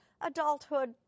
adulthood